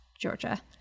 Georgia